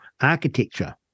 architecture